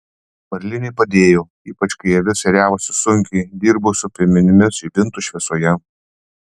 marlinė padėjo ypač kai avis ėriavosi sunkiai dirbo su piemenimis žibintų šviesoje